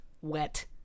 Wet